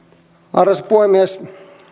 arvoisa puhemies